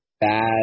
bad